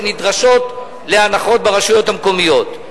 שנדרשות להנחות ברשויות המקומיות.